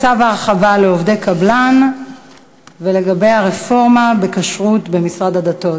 האלה: בנושא צו ההרחבה לעובדי קבלן ובנושא הרפורמה בכשרות במשרד הדתות.